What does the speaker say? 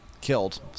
killed